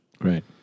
Right